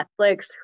Netflix